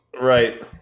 right